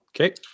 Okay